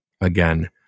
again